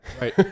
Right